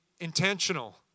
intentional